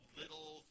little